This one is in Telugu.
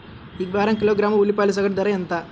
ఈ వారం కిలోగ్రాము ఉల్లిపాయల సగటు ధర ఎంత?